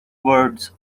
words